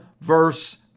verse